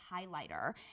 highlighter